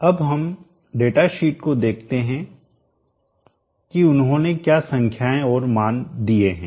अब हम डेटाशीट को देखते हैं कि उन्होंने क्या संख्याएं और मान दिए हैं